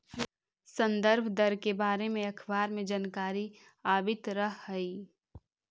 संदर्भ दर के बारे में अखबार में जानकारी आवित रह हइ